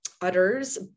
utters